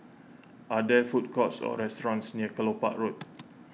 are there food courts or restaurants near Kelopak Road